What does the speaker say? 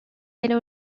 era